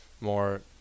more